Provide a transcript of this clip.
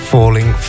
Falling